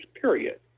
period